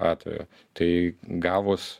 atvejo tai gavus